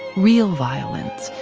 real violins,